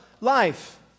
life